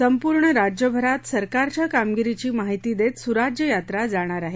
संपूर्ण राज्यभरात सरकारच्या कामगिरीची माहिती देत सुराज्य यात्रा जाणार आहे